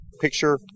Picture